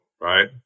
right